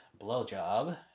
blowjob